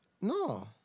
No